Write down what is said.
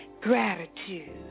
Gratitude